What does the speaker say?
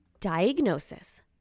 Diagnosis